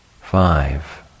Five